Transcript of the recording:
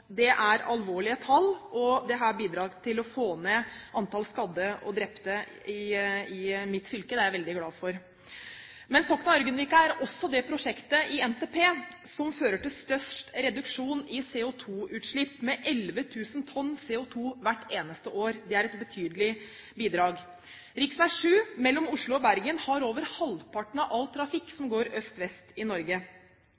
til å få ned antall skadde og drepte i mitt fylke. Det er jeg veldig glad for. Sokna–Ørgenvika er også det prosjektet i NTP som fører til størst reduksjon i CO2-utslipp med 11 000 tonn CO2 hvert eneste år. Det er et betydelig bidrag. Riksvei 7 mellom Oslo og Bergen har over halvparten av all trafikk